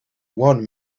one